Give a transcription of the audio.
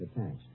attached